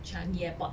changi airport